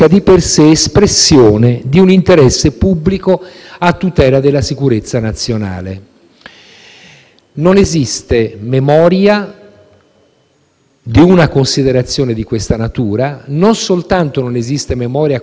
Non esiste memoria di una considerazione di questa natura: non soltanto non esiste memoria, com'è evidente, nelle relazioni di minoranza, ma trovo molto debole anche la memoria in